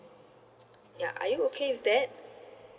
ya are you okay with that